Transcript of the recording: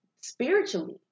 spiritually